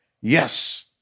yes